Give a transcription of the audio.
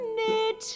need